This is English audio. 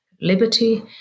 liberty